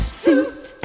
suit